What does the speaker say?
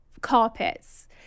carpets